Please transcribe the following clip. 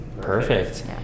Perfect